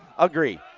agreed.